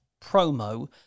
promo